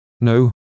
no